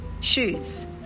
Shoes